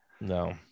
No